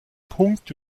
punkt